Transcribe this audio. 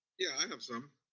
yeah, i have some.